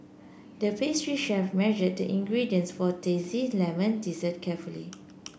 the pastry chef measured the ingredients for lemon dessert carefully